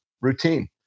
routine